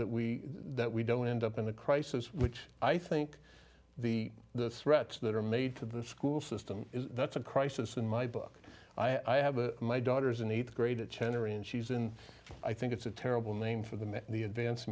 that we that we don't end up in a crisis which i think the the threats that are made to the school system that's a crisis in my book i have a my daughter's in eighth grade at center and she's in i think it's a terrible name for them in the advanced